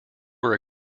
were